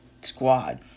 squad